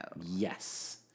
yes